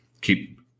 keep